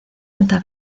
alta